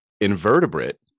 invertebrate